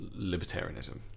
libertarianism